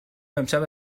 امشب